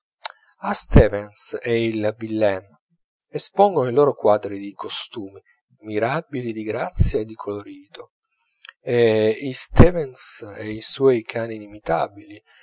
a stevens e il villems espongono i loro quadri di costumi mirabili di grazia e di colorito e i stevens i suoi cani inimitabili